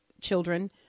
children